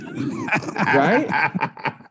Right